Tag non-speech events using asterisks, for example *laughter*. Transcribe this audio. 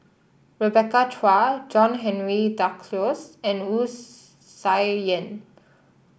Rebecca Chua John Henry Duclos and Wu *unintelligible* Tsai Yen